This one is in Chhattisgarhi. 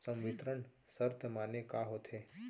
संवितरण शर्त माने का होथे?